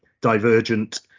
divergent